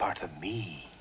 part of me